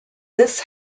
this